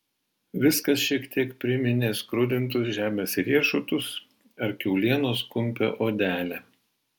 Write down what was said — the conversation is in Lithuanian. viskas šiek tiek priminė skrudintus žemės riešutus ar kiaulienos kumpio odelę